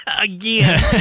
Again